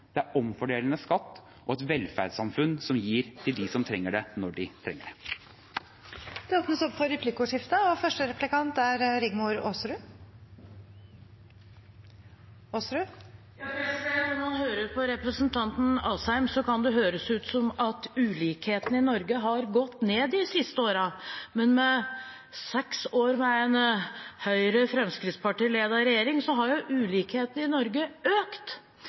det er omfordelende skatt, og det er et velferdssamfunn som gir til dem som trenger det, når de trenger det. Det blir replikkordskifte. Når man hører på representanten Asheim, kan det virke som om ulikhetene i Norge har gått ned de siste årene, men etter seks år med en Høyre–Fremskrittsparti-ledet regjering har jo ulikhetene i Norge økt.